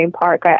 Park